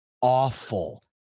Awful